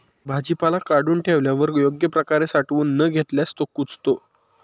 भाजीपाला काढून ठेवल्यावर योग्य प्रकारे साठवून न घेतल्यास तो कुजतो